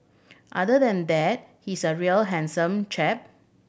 other than that he's a real handsome chap